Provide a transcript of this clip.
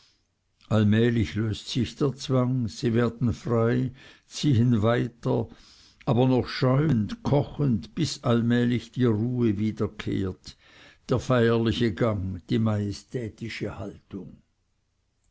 allmählich löst sich der zwang sie werden frei ziehen weiter aber noch schäumend kochend bis allmählich die ruhe wiederkehrt der feierliche gang die majestätische haltung